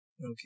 Okay